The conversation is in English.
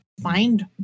find